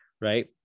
Right